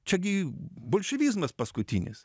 čiagi bolševizmas paskutinis